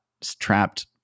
trapped